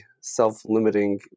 self-limiting